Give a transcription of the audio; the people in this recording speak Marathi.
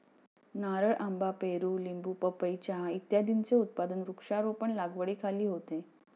नारळ, आंबा, पेरू, लिंबू, पपई, चहा इत्यादींचे उत्पादन वृक्षारोपण लागवडीखाली होते